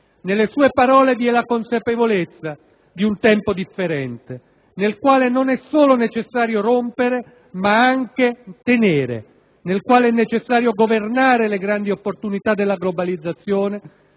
Nelle sue parole vi è la consapevolezza di un tempo differente, nel quale non è solo necessario rompere ma anche tenere, nel quale è necessario governare le grandi opportunità della globalizzazione